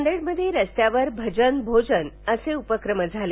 नांदेडमध्ये रस्त्यावर भजन भोजन असे उपक्रमही झाले